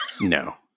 No